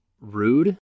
rude